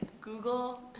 google